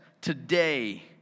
Today